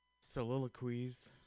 soliloquies